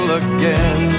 again